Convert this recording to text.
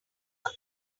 this